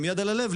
עם יד על הלב,